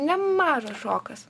nemažas šokas